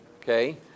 okay